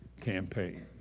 campaign